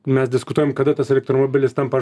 mes diskutuojam kada tas elektromobilis tampa